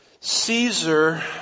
Caesar